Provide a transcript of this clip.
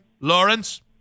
Lawrence